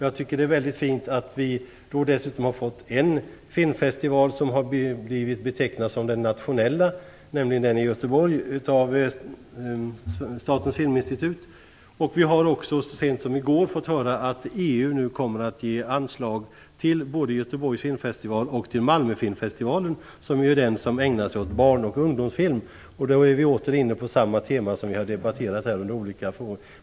Jag tycker att det är mycket fint att vi dessutom har fått en filmfestival som av Statens filminstitut har blivit betecknad som den nationella, nämligen den i Göteborg. Vi har också så sent som i går fått höra att EU nu kommer att ge anslag till både Göteborgs filmfestival och till Malmöfilmfestivalen, som är den som ägnar sig åt barn och ungdomsfilm. Då är vi åter inne på samma tema som vi har debatterat under olika rubriker.